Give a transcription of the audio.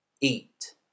eat